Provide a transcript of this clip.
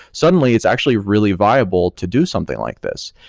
suddenly it's actually really viable to do something like this,